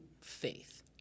faith